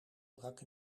brak